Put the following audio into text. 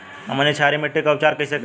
हमनी क्षारीय मिट्टी क उपचार कइसे करी?